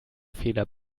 fehler